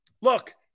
Look